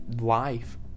life